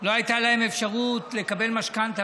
לא הייתה אפשרות לקבל משכנתה.